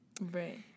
Right